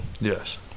Yes